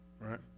right